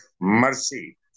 mercy